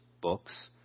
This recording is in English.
books